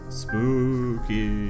spooky